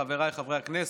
חבריי חברי הכנסת,